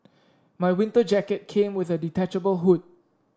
my winter jacket came with a detachable hood